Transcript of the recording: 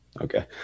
okay